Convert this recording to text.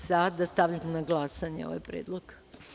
Sada stavljam na glasanje ovaj predlog.